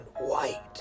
white